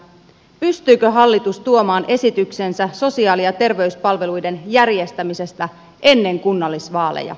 pystyykö hallitus tuomaan esityksensä sosiaali ja terveyspalveluiden järjestämisestä ennen kunnallisvaaleja